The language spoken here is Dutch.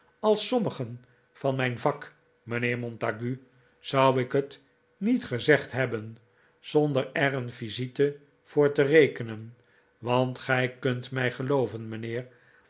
als sommigen van mijn vak mijnheer montague zou ik het niet gezegd hebben zonder er een visite voor te rekenen want gij kunt mij gelooven mijnheer